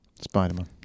Spider-Man